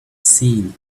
seen